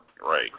right